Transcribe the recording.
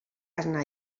arna